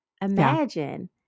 imagine